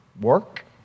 work